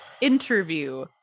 interview